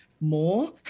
more